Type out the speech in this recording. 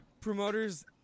Promoters